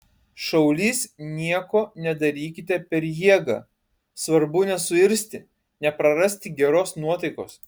šaulys nieko nedarykite per jėgą svarbu nesuirzti neprarasti geros nuotaikos